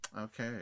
Okay